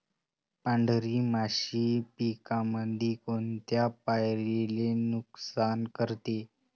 पांढरी माशी पिकामंदी कोनत्या पायरीले नुकसान करते?